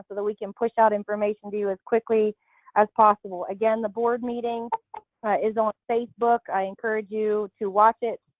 but we can push out information to you as quickly as possible. again the board meeting is on facebook. i encourage you to watch it.